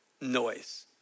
noise